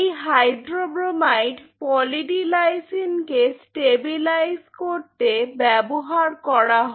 এই hydrobromide poly D লাইসিনকে stabilise করতে ব্যবহার করা হয়